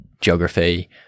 geography